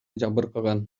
жабыркаган